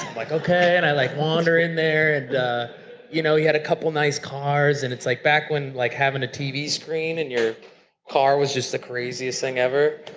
like, okay, and i like wander in there and you know he had a couple nice cars, and it's like back when like having a tv screen in your car was just the craziest thing ever.